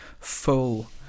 full